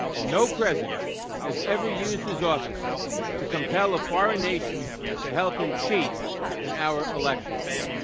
no president has ever used his office to compel a foreign nation to help him cheat in our elections.